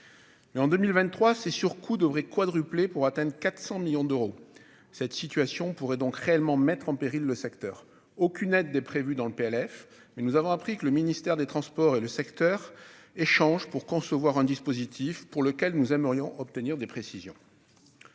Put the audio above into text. En 2023, ces surcoûts devraient quadrupler pour atteindre 400 millions d'euros. Cette situation pourrait donc réellement mettre le secteur en péril. Aucune aide n'est prévue dans le PLF, mais nous avons appris que le ministère des transports et le secteur échangent pour concevoir un dispositif, sur lequel nous aimerions obtenir des précisions.